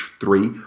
three